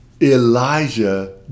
Elijah